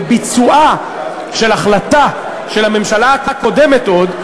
בביצועה של החלטה של הממשלה הקודמת עוד,